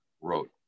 wrote